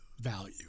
value